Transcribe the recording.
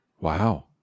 wow